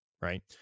right